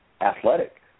athletic